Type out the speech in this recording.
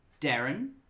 Darren